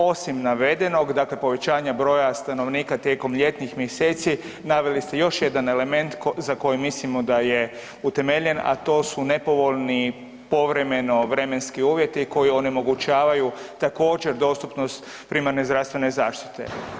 Osim navedenog, dakle povećanja broja stanovnika tijekom ljetnih mjeseci naveli ste još jedan element za koji mislimo da je utemeljen, a to su nepovoljni povremeno vremenski uvjeti koji onemogućavaju također dostupnost primarne zdravstvene zaštite.